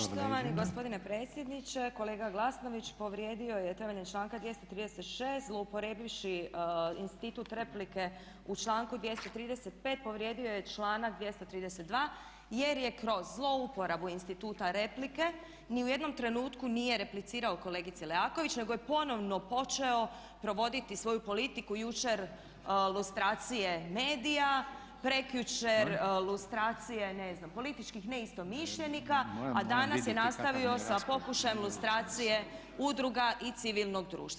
Poštovani gospodine predsjedniče, kolega Glasnović povrijedio je temeljem članka 236. zlouporabivši institut replike u članku 235. povrijedio je članak 232. jer je kroz zlouporabu instituta replike ni u jednom trenutku nije replicirao kolegici Leaković, nego je ponovno počeo provoditi svoju politiku jučer lustracije medija, prekjučer lustracije ne znam političkih neistomišljenika, a danas je nastavio sa pokušajem lustracije udruga i civilnog društva.